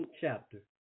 chapter